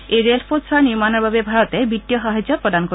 এই ৰেলপথছোৱাৰ নিৰ্মাণৰ বাবে ভাৰতে বিত্তীয় সাহায্য প্ৰদান কৰিব